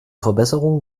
verbesserung